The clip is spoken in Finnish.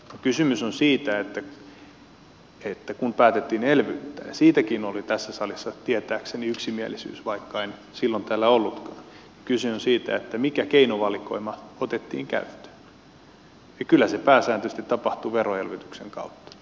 kysymys on siitä että kun päätettiin elvyttää siitäkin oli tässä salissa tietääkseni yksimielisyys vaikka en silloin täällä ollutkaan mikä keinovalikoima otettiin käyttöön ja kyllä se pääsääntöisesti tapahtui veroelvytyksen kautta